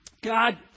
God